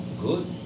good